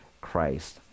Christ